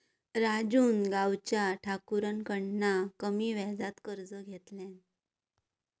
राजून गावच्या ठाकुराकडना कमी व्याजात कर्ज घेतल्यान